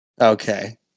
Okay